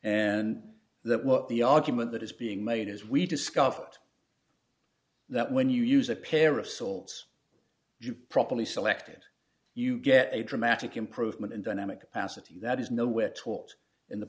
and that what the argument that is being made as we discovered that when you use a pair of swords you properly selected you get a dramatic improvement in dynamic capacity that is